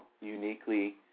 Uniquely